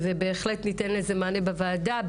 ובהחלט ניתן לזה מענה בוועדה,